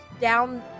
down